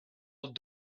about